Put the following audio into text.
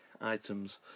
items